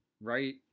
right